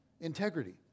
Integrity